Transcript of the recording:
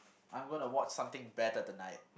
I'm gonna watch something better tonight